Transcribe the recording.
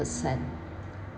percent